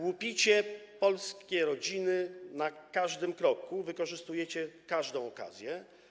Łupicie polskie rodziny na każdym kroku, wykorzystujecie każdą okazję.